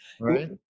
Right